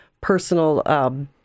personal